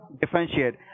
differentiate